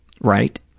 right